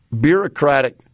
bureaucratic